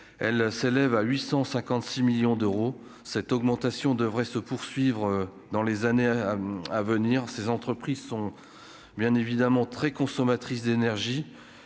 elle s'élève à 856 millions d'euros, cette augmentation devrait se poursuivre dans les années à venir, ces entreprises sont bien évidemment très consommatrice d'énergie